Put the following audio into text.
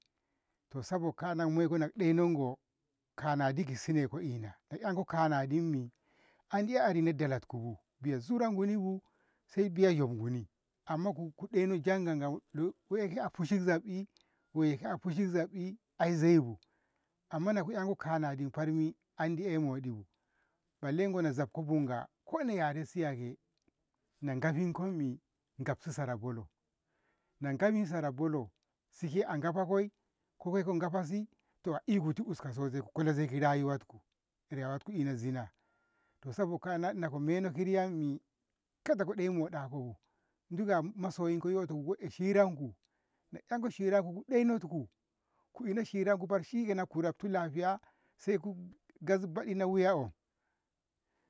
To sabokana moiki ɗenon go kanadi kisine ko ina, nako iko kanadinni andi are daltkubu biya sura gunibu sai biyayyo guni amma kudeno jangangan leko a fushi ki zabbi legoiya a fushi ki zabbi ai zaibu amma naku 'yanko kanadi barmi andi ey moɗibu balle na zabko bunga ko na yaressiya ke nagafikkommi saiko gafasi sara bolo nagafni sara bolo siko a gafakoi ko koi ka gafasi to a itikus uska sosai ku kola zai rayuwatku, rayuwtku ina zina to saboka'a nako meno ki riyammi karko ɗoyi moɗakobu du gama masoyinko yoto ku enhiratku, naku enko hiratku ku ɗenotku ku ina hiratku bar shikenan ku rabtu lafiya saiku